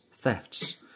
Thefts